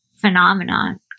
phenomenon